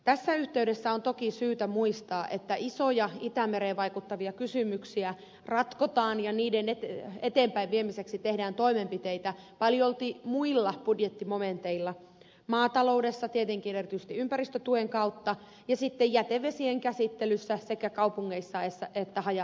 tässä yhteydessä on toki syytä muistaa että isoja itämereen vaikuttavia kysymyksiä ratkotaan ja niiden eteenpäinviemiseksi tehdään toimenpiteitä paljolti muilla budjettimomenteilla maataloudessa tietenkin erityisesti ympäristötuen kautta ja sitten jätevesien käsittelyssä sekä kaupungeissa että haja asutusalueilla